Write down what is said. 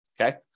okay